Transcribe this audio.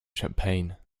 champagne